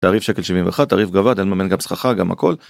‫תעריף שקל 71, תעריף גבוה, ‫אני מממן גם שככה, גם הכול.